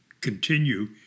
continue